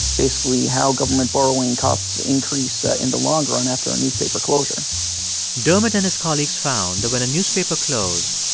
basically, how government borrowing costs increase ah in the long run after a newspaper closure dermot and his colleagues found that when a newspaper closed,